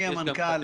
יש גם קצת הפסדים.